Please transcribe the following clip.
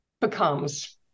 becomes